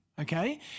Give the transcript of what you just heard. okay